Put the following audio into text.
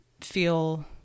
feel